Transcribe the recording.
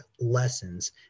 lessons